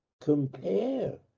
compare